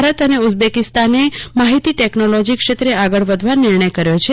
ભારત અને ઉઝબેકીસ્તાને માહિતી ટેકનોલોજી ક્ષેત્રે આગળ વધવા નિર્ણય કર્યો છે